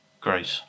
Great